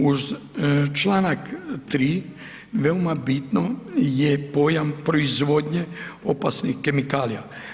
Uz članak 3. veoma bitno je pojam proizvodnje opasnih kemikalija.